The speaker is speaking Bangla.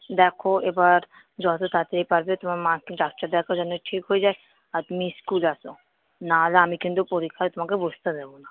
দেখো এবার যতো তাড়াতাড়ি পারবে তোমার মাকে ডাক্তার দেখাও যেন ঠিক হয়ে যায় আর তুমি স্কুল এসো না হলে আমি কিন্তু পরীক্ষায় তোমাকে বসতে দেবো না